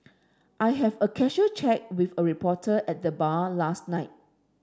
I have a casual chat with a reporter at the bar last night